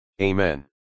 Amen